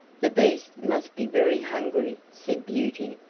the beast must be very hungry, said beauty,